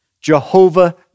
Jehovah